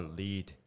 lead